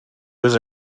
was